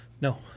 no